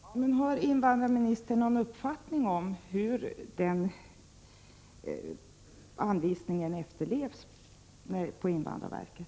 Herr talman! Ja, men har invandrarministern någon uppfattning om hur anvisningarna härom efterlevs av invandrarverket?